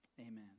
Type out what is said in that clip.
Amen